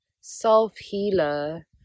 self-healer